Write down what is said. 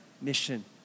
mission